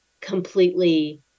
completely